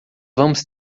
vamos